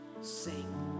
sing